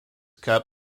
cup